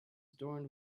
adorned